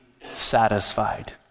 satisfied